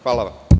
Hvala.